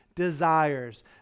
Desires